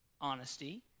honesty